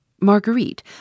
Marguerite